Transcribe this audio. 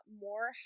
more